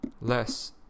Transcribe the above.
less